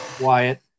Wyatt